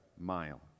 mile